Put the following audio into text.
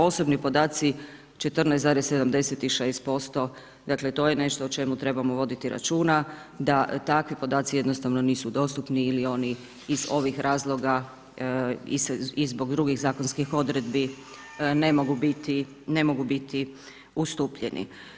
Osobni podaci 14,76% dakle, to je nešto o čemu trebamo voditi računa da takvi podaci jednostavno nisu dostupni ili oni iz ovih razloga i zbog drugih zakonskih odredbi ne mogu biti ustupljeni.